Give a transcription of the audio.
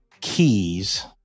keys